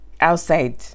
outside